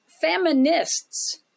feminists